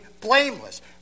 blameless